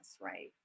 right